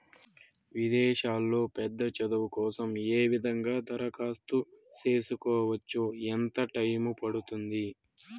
విదేశాల్లో పెద్ద చదువు కోసం ఏ విధంగా దరఖాస్తు సేసుకోవచ్చు? ఎంత టైము పడుతుంది?